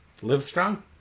Livestrong